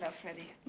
ah freddie.